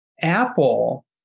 Apple